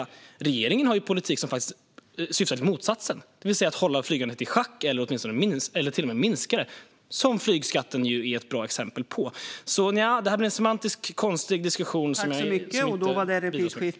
Men regeringen har faktiskt en politik som syftar till motsatsen, det vill säga att hålla flygandet i schack eller till och med minska det, vilket flygskatten är ett bra exempel på. Så nja - det här blir en semantisk, konstig diskussion som inte bidrar så mycket.